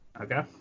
okay